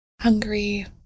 hungry